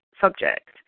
subject